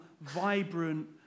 vibrant